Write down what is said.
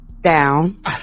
down